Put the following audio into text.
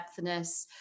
depthness